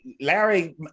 Larry